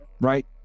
right